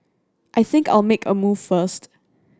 I think I'll make a move first